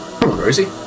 Rosie